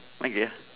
okay